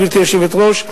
גברתי היושבת-ראש,